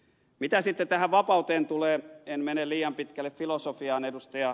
mitä sitten tähän vapauteen tulee en mene liian pitkälle filosofiaan ed